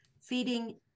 feeding